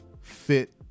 fit